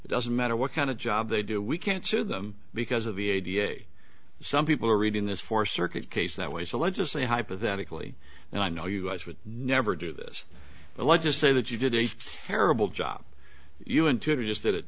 it doesn't matter what kind of job they do we can't sue them because of the a da some people are reading this for circuit case that way so let's just say hypothetically and i know you guys would never do this but let's just say that you did a terrible job you into just